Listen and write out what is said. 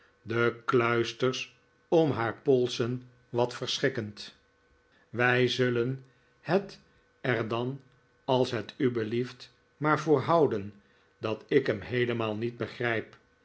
de kluisters om haar polsen wat verschikkend wij zullen het er dan als het u belieft maar voor houden dat ik hem heelemaal niet begrijp